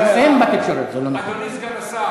אי-אפשר להשיג.